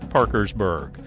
Parkersburg